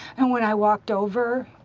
and when i walked over,